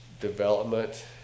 development